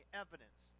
evidence